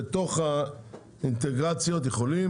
בתוך האינטגרציות יכולים,